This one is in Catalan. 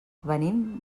venim